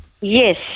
yes